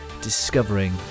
discovering